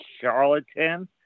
charlatan